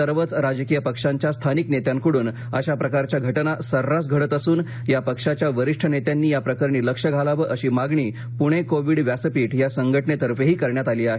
सर्वच राजकीय पक्षांच्या स्थानिक नेत्यांकडून अशा प्रकारच्या घटना सर्रास घडत असून या पक्षाच्या वरिष्ठ नेत्यांनी याप्रकरणी लक्ष घालावे अशी मागणी पुणे कोविड व्यासपीठ या संघटनेतर्फेही करण्यात आली आहे